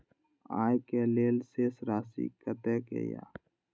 आय के लेल शेष राशि कतेक या?